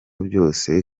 byose